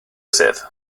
sedd